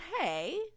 hey